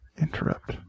interrupt